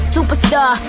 Superstar